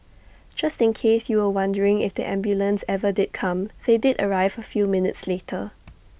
just in case you were wondering if the ambulance ever did come they did arrive A few minutes later